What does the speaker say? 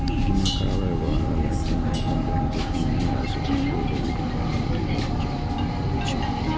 बीमा कराबै बला व्यक्ति कें अपन बैंक कें प्रीमियम राशिक ऑटो डेबिट के अनुमति देबय पड़ै छै